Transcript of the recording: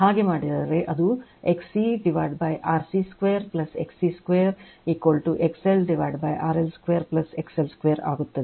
ಹಾಗೆ ಮಾಡಿದರೆ ಅದು XCRC2 XC2 XLRL2 XL2 ಆಗುತ್ತದೆ